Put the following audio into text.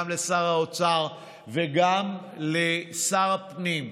גם לשר האוצר וגם לשר הפנים: